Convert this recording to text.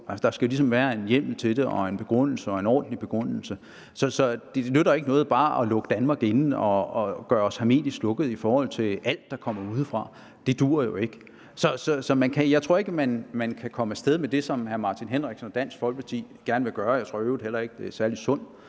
Der skal ligesom være en hjemmel til det og en ordentlig begrundelse, så det nytter ikke noget bare at lukke Danmark inde og gøre os hermetisk lukket i forhold til alt, der kommer udefra. Det duer jo ikke. Jeg tror ikke, at man kan komme af sted med det, som hr. Martin Henriksen og Dansk Folkeparti gerne vil gøre. Jeg tror i øvrigt heller ikke, at det er særlig sundt